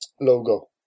logo